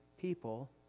people